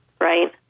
right